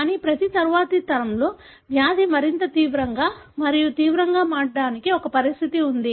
కానీ ప్రతి తరువాతి తరంలో వ్యాధి మరింత తీవ్రంగా మరియు తీవ్రంగా మారడానికి ఒక పరిస్థితి ఉంది